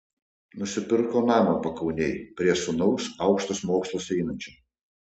nusipirko namą pakaunėj prie sūnaus aukštus mokslus einančio